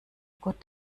gott